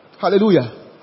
Hallelujah